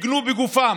הגנו בגופם